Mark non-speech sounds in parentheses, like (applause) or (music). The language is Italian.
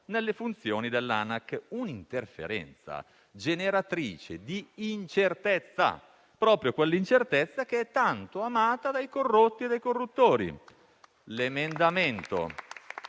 nelle funzioni dell'Anac; un'interferenza generatrice di incertezza, proprio quell'incertezza che è tanto amata dai corrotti e dai corruttori. (applause)